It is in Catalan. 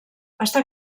està